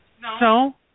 No